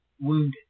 wounded